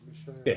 כן.